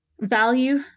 value